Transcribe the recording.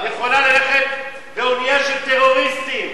יכולה ללכת באונייה של טרוריסטים.